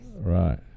Right